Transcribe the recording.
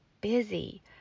busy